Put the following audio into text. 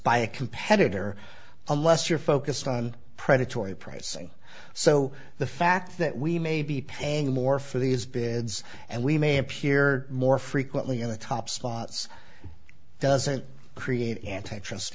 by a competitor unless you're focused on predatory pricing so the fact that we may be paying more for these beds and we may appear more frequently in the top spots doesn't create antitrust